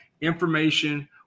information